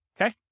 okay